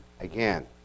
again